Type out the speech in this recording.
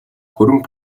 хөрөнгө